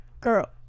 girl